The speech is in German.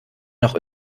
noch